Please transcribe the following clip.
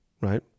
right